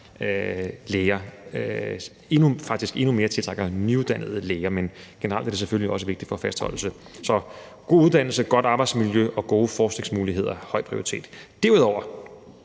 tiltrækker faktisk endnu mere nyuddannede læger, men generelt er det selvfølgelig også vigtigt for fastholdelse. Så god uddannelse, godt arbejdsmiljø og gode forskningsmuligheder har høj prioritet. Derudover